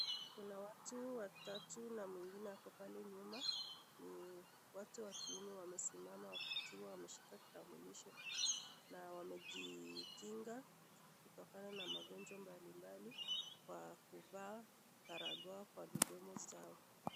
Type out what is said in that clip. Kuna watu watatu na mwingine ako pale nyuma ni watu wakiume wamesimama wakiwa wameshika kitambulisho na wamejikinga kutokana na magonjwa mbali mbali kwa kuvaa barakoa kwa midomo zao.